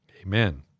Amen